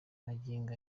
magingo